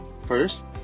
First